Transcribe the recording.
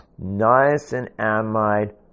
niacinamide